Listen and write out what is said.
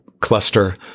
cluster